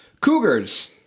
Cougars